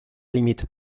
limite